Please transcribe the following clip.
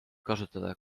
kasutada